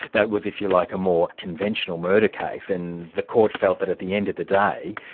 that was if you like a more conventional murder case and the court felt that at the end of the day,